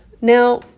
now